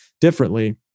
differently